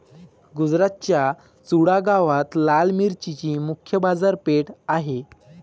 गुजरातच्या चुडा गावात लाल मिरचीची मुख्य बाजारपेठ आहे